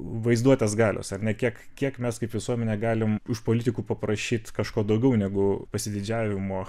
vaizduotės galios ar ne kiek kiek mes kaip visuomenė galim iš politikų paprašyt kažko daugiau negu pasididžiavimo